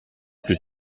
plus